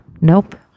nope